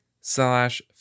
slash